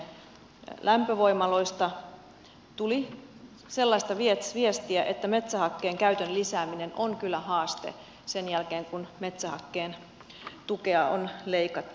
lämpövoimaloista tuli sellaista viestiä että metsähakkeen käytön lisääminen on kyllä haaste sen jälkeen kun metsähakkeen tukea on leikattu